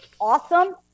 awesome